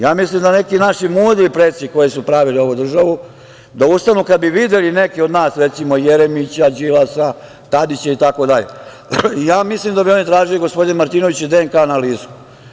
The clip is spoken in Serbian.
Ja mislim da neki naši mudri preci koji su pravili ovu državu da ustanu, kad bi videli neke od nas, recimo Jeremića, Đilasa, Tadića itd, ja mislim da bi oni tražili, gospodine Martinoviću, DNK analizu.